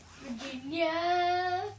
Virginia